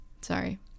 sorry